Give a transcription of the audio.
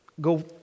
go